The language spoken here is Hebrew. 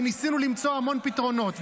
וניסינו למצוא המון פתרונות.